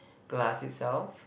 glass itself